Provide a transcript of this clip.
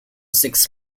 six